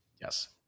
Yes